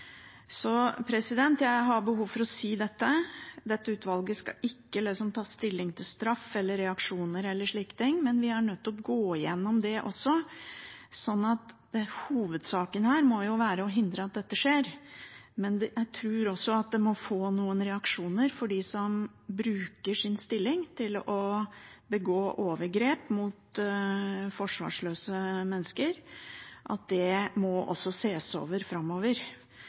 Jeg har behov for å si dette. Dette utvalget skal ikke ta stilling til straff eller reaksjoner eller slike ting, men vi er nødt til å gå igjennom det også. Hovedsaken her må jo være å hindre at dette skjer, men jeg tror også at det må få noen reaksjoner for dem som bruker sin stilling til å begå overgrep mot forsvarsløse mennesker, og at det også må ses på framover.